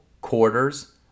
quarters